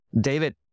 David